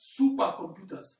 supercomputers